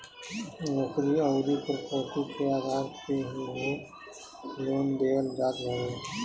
नोकरी अउरी प्रापर्टी के आधार पे ही लोन देहल जात हवे